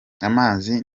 amazi